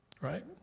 right